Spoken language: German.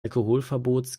alkoholverbots